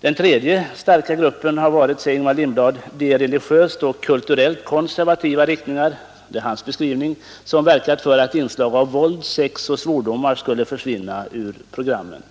Den tredje gruppen har, säger Ingemar Lindblad, varit de religiöst och kulturellt konservativa riktningar — det är hans beskrivning — som verkat för att inslag av våld, sex och svordomar skulle försvinna ur programmen.